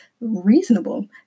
reasonable